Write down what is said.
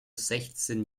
sechzehn